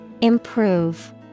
Improve